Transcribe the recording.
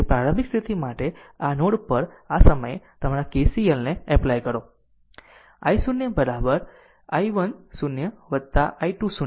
તેથી પ્રારંભિક સ્થિતિ માટે આ નોડ પર આ સમયે તમારા કેસીLને iપીએપ્લ કરો i 0 i 1 0 વત્તા i 2 0